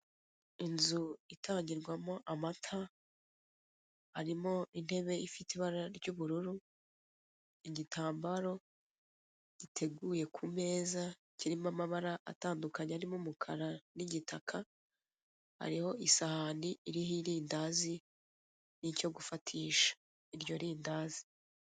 Inzu itangirwamo amata, harimo intebe ifite ibara ry'ubururu, igitambaro giteguye ku meza kirimo amabara atandukanye arimo umukara n'igitaka, hariho isahani iriho irindazi n'icyo gufatisha iryo rindazi.